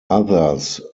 others